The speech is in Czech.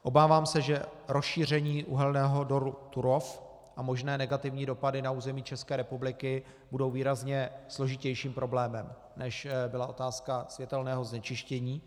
Obávám se, že rozšíření uhelného dolu Turów a možné negativní dopady na území České republiky budou výrazně složitějším problémem, než byla otázka světelného znečištění.